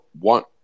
want